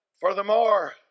Furthermore